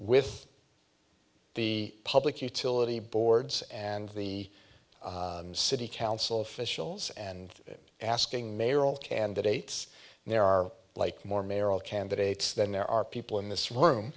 with the public utility boards and the city council officials and asking mayoral candidates and there are like more mayoral candidates than there are people in this room